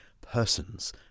persons